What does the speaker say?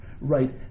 Right